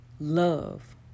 love